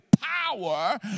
power